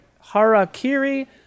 Harakiri